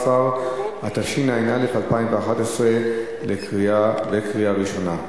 13), התשע"א 2011, בקריאה ראשונה.